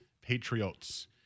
Patriots